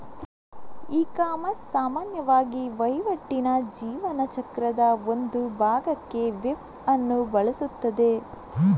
ecommerce ಸಾಮಾನ್ಯವಾಗಿ ವಹಿವಾಟಿನ ಜೀವನ ಚಕ್ರದ ಒಂದು ಭಾಗಕ್ಕೆ ವೆಬ್ ಅನ್ನು ಬಳಸುತ್ತದೆ